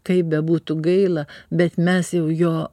kaip bebūtų gaila bet mes jau jo